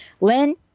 Lynn